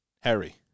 Harry